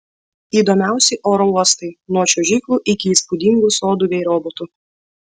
įdomiausi oro uostai nuo čiuožyklų iki įspūdingų sodų bei robotų